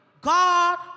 God